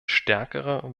stärkere